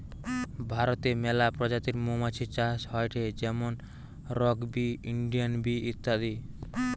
ভারতে মেলা প্রজাতির মৌমাছি চাষ হয়টে যেমন রক বি, ইন্ডিয়ান বি ইত্যাদি